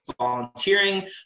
volunteering